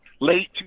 late